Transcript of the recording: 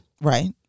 Right